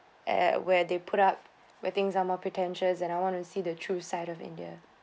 at where they put up where things are more pretentious and I want to see the true side of india